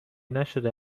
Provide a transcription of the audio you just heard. نشده